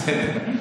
אתה עקבי, זה בסדר.